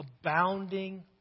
abounding